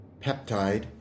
peptide